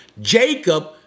Jacob